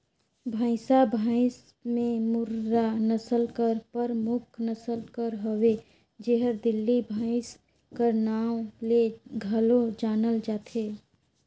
भंइसा भंइस में मुर्रा नसल हर परमुख नसल कर हवे जेहर दिल्ली भंइस कर नांव ले घलो जानल जाथे